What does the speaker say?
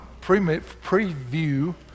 preview